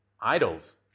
idols